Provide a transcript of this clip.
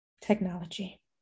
Technology